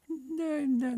ne ne